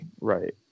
Right